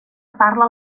parla